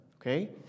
Okay